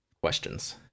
questions